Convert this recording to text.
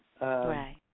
Right